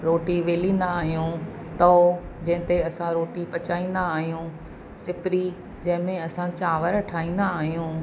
रोटी वेलिंदा आहियूं तओ जंहिंते असां रोटी पचाईंदा आहियूं सिपरी जंहिंमें असां चांवर ठाहींदा आहियूं